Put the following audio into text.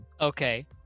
Okay